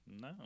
No